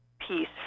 peace